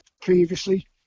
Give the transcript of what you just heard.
previously